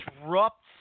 disrupts